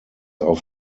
auf